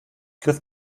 griff